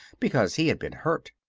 because he had been hurt.